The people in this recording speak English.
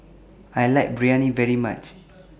I like Biryani very much